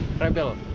rebel